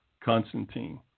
Constantine